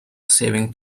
saving